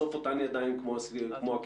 כשאלה בסוף אותן ידיים כמו הקמעונאים.